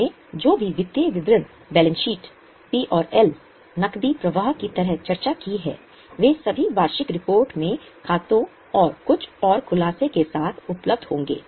हमने जो भी वित्तीय विवरण बैलेंस शीट पी और एल नकदी प्रवाह की तरह चर्चा की है वे सभी वार्षिक रिपोर्ट में खातों और कुछ और खुलासे के साथ उपलब्ध होंगे